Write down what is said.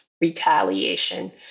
retaliation